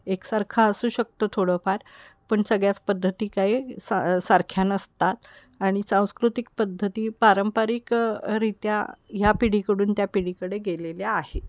एकसारखा असू शकतो थोडंफार पण सगळ्याच पद्धती काही सा सारख्या नसतात आणि सांस्कृतिक पद्धती पारंपरिकरित्या ह्या पिढीकडून त्या पिढीकडे गेलेल्या आहे